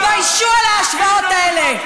תתביישו על ההשוואות האלה.